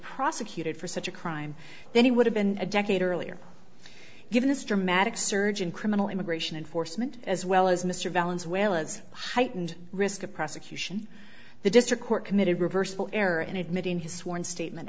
prosecuted for such a crime then he would have been a decade earlier given his dramatic surge in criminal immigration enforcement as well as mr vallance well as heightened risk of prosecution the district court committed reversible error in admitting his sworn statement